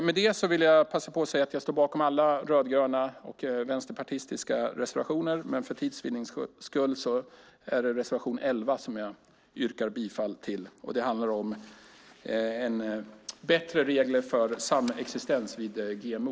Med detta vill jag passa på att säga att jag står bakom alla rödgröna och vänsterpartistiska reservationer, men för tids vinning är det bara reservation 11 som jag yrkar bifall till. Den handlar om bättre regler för samexistens vid GMO.